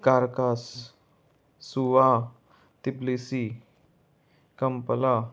कारकास सुवा तबलसी कंपला